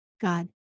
God